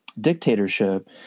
dictatorship